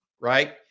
right